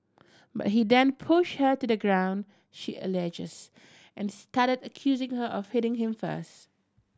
but he then pushed her to the ground she alleges and started accusing her of hitting him first